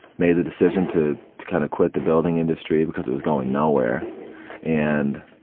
made the decision to to kind of quit the building industry because it was going nowhere and